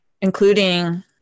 including